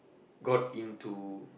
got into